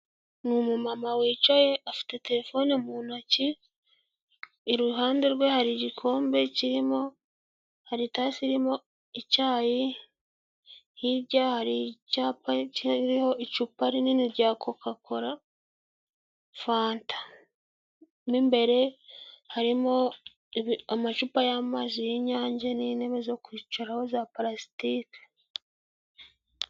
Ni umumama wicaye afite telefone mu ntoki iruhande rwe hari igikombe kirimo hari itasi irimo icyayi, hirya hari icyapa kiriho icupa rinini rya kokakoola, fanta n'imbere harimo amacupa y'amazi y'inyange, n'intebe zo kwicaraho za pulasitike.